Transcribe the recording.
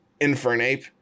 Infernape